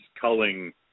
culling